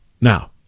Now